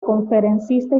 conferencista